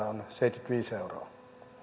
on seitsemänkymmentäviisi euroa